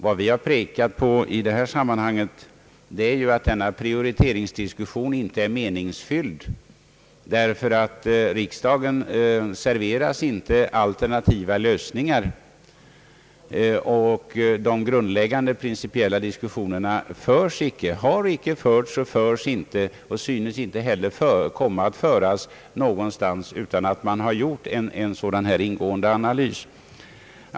Vad reservanterna har pekat på är att prioriteringsdiskussionen inte är meningsfylld, eftersom riksdagen inte serveras alternativa lösningar. De grundläggande principiella diskussionerna har icke förts, förs icke och synes inte heller komma att föras någonstans utan en ingående analys.